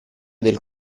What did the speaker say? del